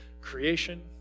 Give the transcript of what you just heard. creation